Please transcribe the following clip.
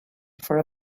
for